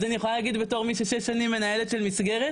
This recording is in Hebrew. אז אני יכולה להגיד בתור מי ששש שנים מנהלת של מסגרת,